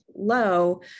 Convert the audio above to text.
low